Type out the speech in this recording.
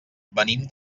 venim